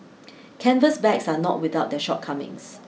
canvas bags are not without their shortcomings